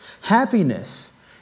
Happiness